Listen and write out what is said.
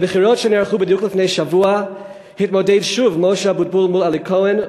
בבחירות שנערכו בדיוק לפני שבוע התמודד שוב משה אבוטבול מול אלי כהן,